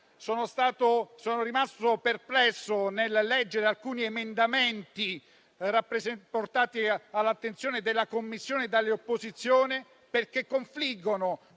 sono rimasto perplesso nel leggere alcuni emendamenti portati all'attenzione della Commissione dall'opposizione, perché confliggono